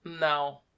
No